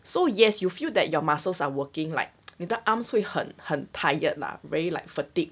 so yes you feel that your muscles are working like the arms 会很很 tired lah very like fatigue